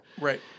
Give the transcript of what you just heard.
Right